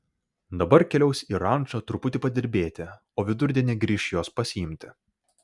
dabar keliaus į rančą truputį padirbėti o vidurdienį grįš jos pasiimti